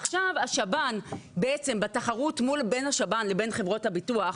עכשיו השב"ן בתחרות בין השב"ן לבין חברות הביטוח.